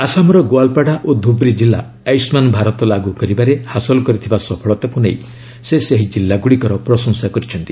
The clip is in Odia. ଆସାମର ଗୋଆଲପାଡା ଓ ଧୁବ୍ରି କିଲ୍ଲା ଆୟୁଷ୍ମାନ ଭାରତ ଲାଗୁ କରିବାରେ ହାସଲ କରିଥିବା ସଫଳତାକୁ ନେଇ ସେ ସେହି ଜିଲ୍ଲାର ପ୍ରଶଂସା କରିଛନ୍ତି